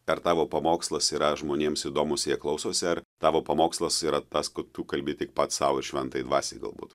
ar tavo pamokslas yra žmonėms įdomus jie klausosi ar tavo pamokslas yra tas kad tu kalbi tik pats sau ir šventajai dvasiai galbūt